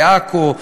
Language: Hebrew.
בעכו,